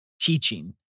teaching